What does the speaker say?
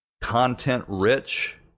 content-rich